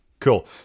Cool